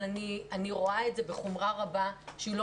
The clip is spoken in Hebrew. אבל אני רואה את זה בחומרה רבה שהיא לא